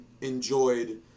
enjoyed